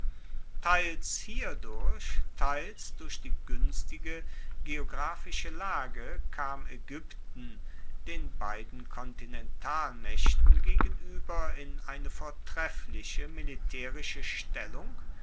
teils hierdurch teils durch die guenstige geographische lage kam aegypten den beiden kontinentalmaechten gegenueber in eine vortreffliche militaerische stellung